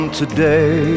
today